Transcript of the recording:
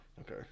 Okay